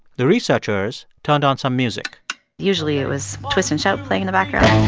the researchers turned on some music usually, it was twist and shout playing the background